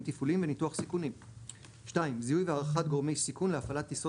תפעוליים וניתוח סיכונים; זיהוי והערכת גורמי הסיכון להפעלת טיסה